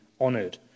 honoured